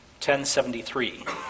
1073